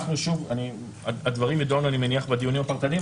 אני מניח שהדברים ידונו בדיונים הפרטניים,